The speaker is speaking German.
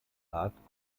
art